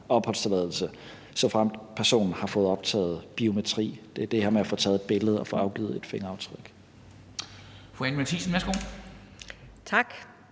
opholdstilladelse, såfremt personen har fået optaget biometri. Det er det her med at få taget et billede og få afgivet et fingeraftryk.